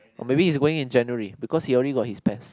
or maybe he is going in January because he only got his pest